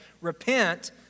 Repent